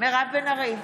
מירב בן ארי,